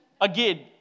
Again